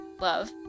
love